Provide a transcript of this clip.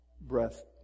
breath